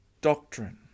doctrine